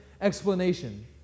explanation